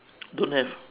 don't have